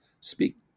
speak